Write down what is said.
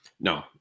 No